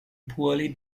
poorly